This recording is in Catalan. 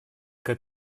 que